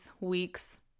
weeks